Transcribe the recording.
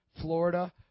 Florida